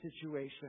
situation